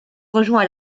rejoint